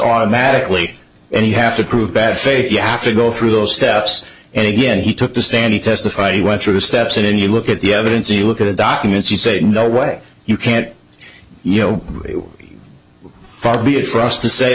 automatically and you have to prove bad faith you have to go through those steps and again he took the stand he testified he went through the steps and you look at the evidence and you look at documents you say no way you can't you know far be it for us to say